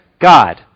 God